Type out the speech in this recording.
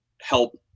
help